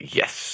yes